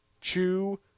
chew